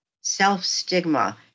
self-stigma